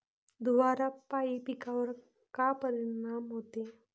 धुवारापाई पिकावर का परीनाम होते?